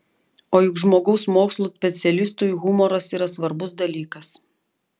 o juk žmogaus mokslų specialistui humoras yra svarbus dalykas